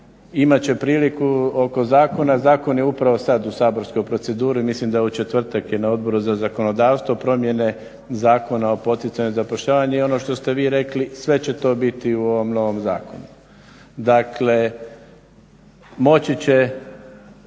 imat će priliku oko zakona. Zakon je upravo sad u saborskoj proceduri, mislim da u četvrtak je na Odboru za zakonodavstvo, promjene Zakona o poticanju zapošljavanja i ono što ste vi rekli sve će to biti u ovom novom zakonu. Dakle, moći će